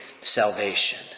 salvation